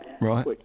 Right